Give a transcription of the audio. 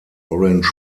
orange